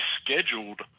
scheduled